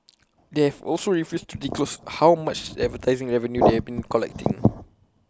they have also refused to disclose how much advertising revenue they have been collecting